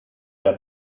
der